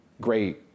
great